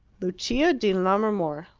lucia di lammermoor.